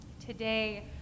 Today